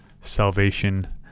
salvation